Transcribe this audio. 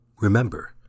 Remember